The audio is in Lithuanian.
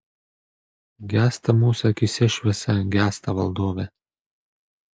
gęsta mūsų akyse šviesa gęsta valdove